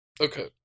Okay